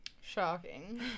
Shocking